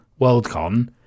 Worldcon